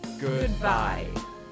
goodbye